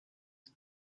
had